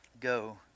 go